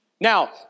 Now